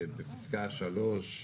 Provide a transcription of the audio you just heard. בפסקה (3)